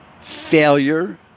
Failure